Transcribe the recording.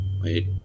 Wait